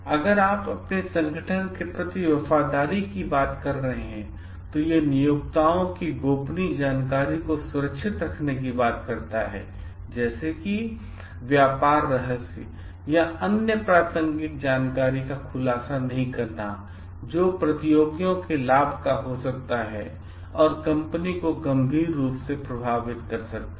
अगर आप अपने संगठन के प्रति वफादारी की बात कर रहे हैं तो यह नियोक्ताओं की गोपनीय जानकारी को सुरक्षित रखने की बात करता है जैसे कि व्यापार रहस्य या अन्य प्रासंगिक जानकारी का खुलासा नहीं करना जो प्रतियोगियों के लाभ का हो सकता है और कंपनी को गंभीर रूप से प्रभावित कर सकता है